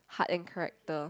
heart and character